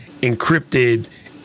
Encrypted